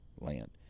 land